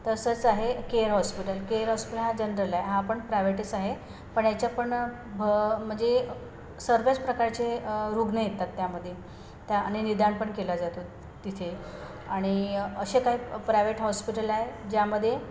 तसंच आहे Care hospital Care hospital हा जनरल आहे हा पण प्रायवेटच आहे पण याच्या पण भ म्हणजे सर्वच प्रकारचे रुग्ण येतात त्यामध्ये त्या आणि निदान पण केला जातो तिथे आणि असे काय प्रायवेट हॉस्पिटल आहे ज्यामध्ये